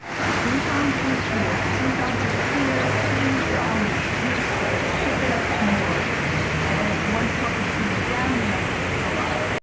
squeeze on shoes here. squeeze ah entres here freeze the orange juice ship it up to new york and as one truck is coming down and other one will go up.